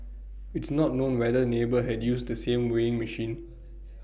it's not known whether neighbour had used the same weighing machine